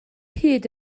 hyd